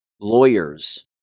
lawyers